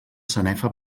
sanefa